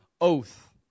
oath